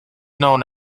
known